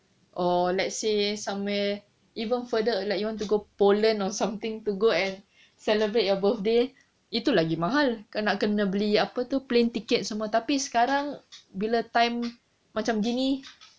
or let's say somewhere even further like you want to go poland or something to go and celebrate your birthday itu lagi mahal kau nak kena beli apa tu plane tickets semua tapi sekarang bila time macam gini